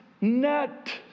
net